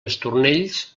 estornells